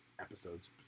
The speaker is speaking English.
episodes